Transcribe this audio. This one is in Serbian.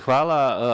Hvala.